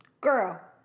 girl